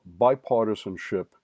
Bipartisanship